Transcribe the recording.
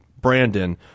Brandon